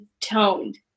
toned